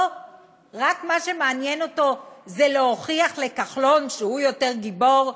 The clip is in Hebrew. מה שמעניין אותו זה רק להוכיח לכחלון שהוא יותר גיבור?